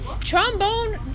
trombone